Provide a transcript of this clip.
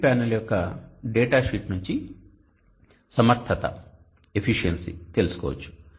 PV panel యొక్క datasheet నుండి సామర్థ్యం తెలుసుకోవచ్చు